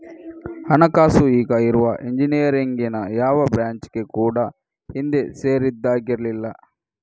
ಹಣಕಾಸು ಈಗ ಇರುವ ಇಂಜಿನಿಯರಿಂಗಿನ ಯಾವ ಬ್ರಾಂಚಿಗೆ ಕೂಡಾ ಹಿಂದೆ ಸೇರಿದ್ದಾಗಿರ್ಲಿಲ್ಲ